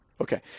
Okay